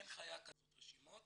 אין חיה כזאת רשימות